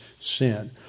sin